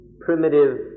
primitive